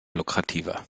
lukrativer